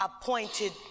appointed